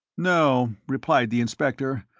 no, replied the inspector,